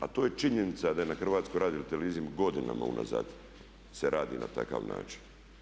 A to je činjenica da je na HRT-u godinama unazad se radi na takav način.